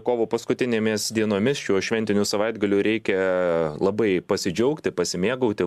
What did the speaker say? kovo paskutinėmis dienomis šiuo šventiniu savaitgaliu reikia labai pasidžiaugti pasimėgauti